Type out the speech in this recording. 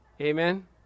Amen